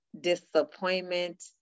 disappointment